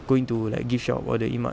going to like gift shop or the emart